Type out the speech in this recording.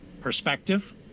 perspective